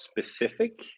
specific